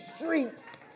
streets